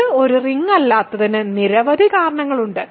ഇത് ഒരു റിങ് അല്ലാത്തതിന് നിരവധി കാരണങ്ങളുണ്ട്